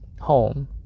home